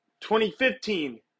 2015